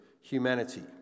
humanity